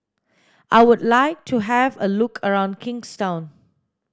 I would like to have a look around Kingstown